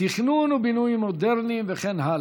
תכנון ובינוי מודרני וכן הלאה.